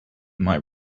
might